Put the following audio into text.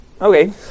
okay